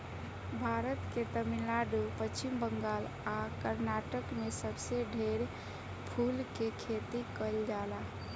भारत के तमिलनाडु, पश्चिम बंगाल आ कर्नाटक में सबसे ढेर फूल के खेती कईल जाला